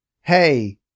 hey